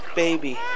baby